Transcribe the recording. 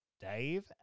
Dave